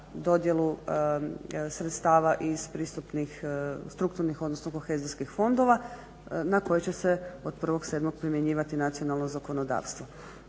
dodjelu sredstava iz pristupnih strukturnih odnosno kohezijskih fondova na koji će se od 1.7. primjenjivati nacionalno zakonodavstvo.